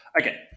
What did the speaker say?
Okay